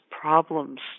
problems